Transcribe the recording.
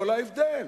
ההבדל.